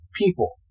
people